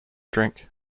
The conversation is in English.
drink